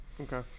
Okay